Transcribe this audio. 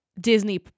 Disney